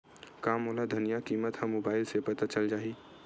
का मोला धनिया किमत ह मुबाइल से पता चल जाही का?